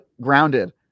Grounded